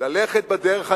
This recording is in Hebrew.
ללכת בדרך הנכונה,